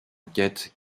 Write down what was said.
enquête